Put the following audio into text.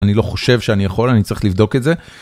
אני לא חושב שאני יכול, אני צריך לבדוק את זה.